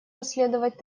расследовать